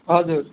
हजुर